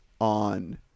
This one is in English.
on